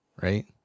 right